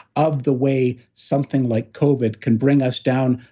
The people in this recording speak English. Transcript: of the way something like covid can bring us down,